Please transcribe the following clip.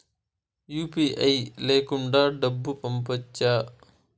UPI లేకుండా డబ్బు పంపొచ్చా